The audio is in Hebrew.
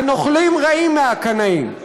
הנוכלים רעים מהקנאים.